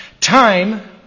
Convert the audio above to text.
Time